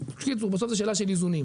בקיצור, בסוף זאת שאלה של איזונים.